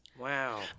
Wow